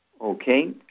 Okay